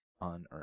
unearned